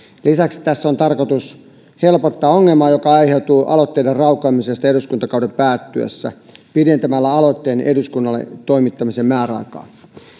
lisäksi tässä on tarkoitus helpottaa ongelmaa joka aiheutuu aloitteiden raukeamisesta eduskuntakauden päättyessä pidentämällä aloitteen eduskunnalle toimittamisen määräaikaa